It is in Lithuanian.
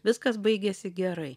viskas baigėsi gerai